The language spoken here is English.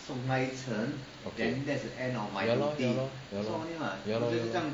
okay ya lor ya lor ya lor ya lor ya lor